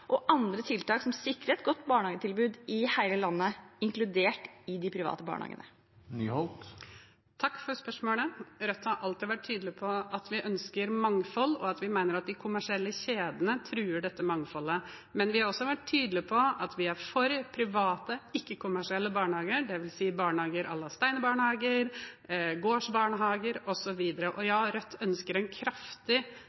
og andre tiltak, som sikrer et godt barnehagetilbud i hele landet, inkludert i de private barnehagene? Takk for spørsmålet. Rødt har alltid vært tydelige på at vi ønsker mangfold, og at vi mener at de kommersielle kjedene truer dette mangfoldet, men vi har også vært tydelige på at vi er for private, ikke-kommersielle barnehager, dvs. barnehager à la steinerbarnehager, gårdsbarnehager osv. Og